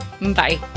Bye